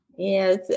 Yes